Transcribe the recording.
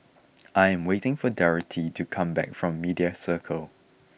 I am waiting for Dorathy to come back from Media Circle